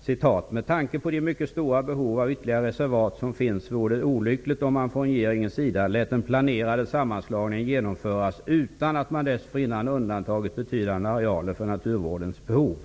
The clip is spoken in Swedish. sägs: ''Med tanke på de mycket stora behov av ytterligare reservat som finns vore det olyckligt om man från regeringens sida lät den planerade sammanslagningen genomföras utan att man dessförinnan undantagit betydande arealer för naturvårdens behov.